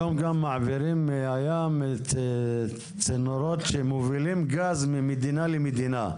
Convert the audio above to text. היום גם מעבירים בים צינורות שמובילים גז ממדינה למדינה.